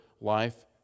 life